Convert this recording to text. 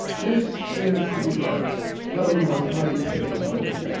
this is the home of high technology.